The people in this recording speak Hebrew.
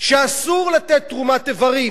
שאסור לתת תרומת איברים,